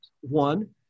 One